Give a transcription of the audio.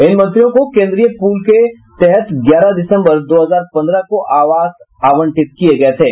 इन मंत्रियों को केंद्रीय पूल के तहत ग्यारह दिसंबर दो हजार पन्द्रह को आवास आवंटित किये गये थे